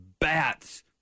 bats